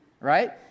Right